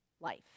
life